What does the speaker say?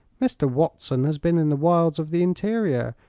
mr. watson has been in the wilds of the interior,